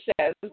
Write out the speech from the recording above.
says